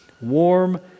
warm